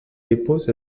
tipus